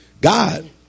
god